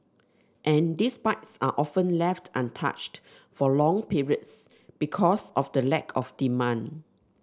and these bikes are often left untouched for long periods because of the lack of demand